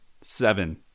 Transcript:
seven